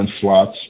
slots